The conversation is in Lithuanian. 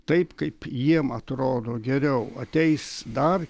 taip kaip jiems atrodo geriau ateis dar